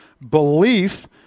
belief